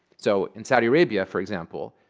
so in saudi arabia, for example,